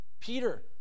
Peter